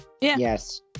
Yes